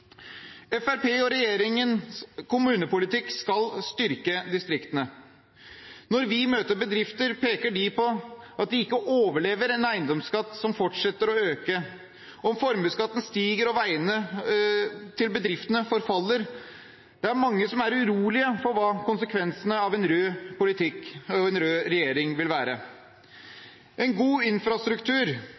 Fremskrittspartiet og regjeringens kommunepolitikk skal styrke distriktene. Når vi møter bedrifter, pekes det på at de ikke overlever en eiendomsskatt som fortsetter å øke, om formuesskatten stiger og veiene til bedriftene forfaller. Det er mange som er urolige for hva konsekvensene av en rød politikk og en rød regjering vil være. En god infrastruktur